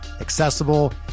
accessible